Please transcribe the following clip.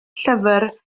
llyfr